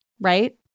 right